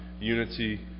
unity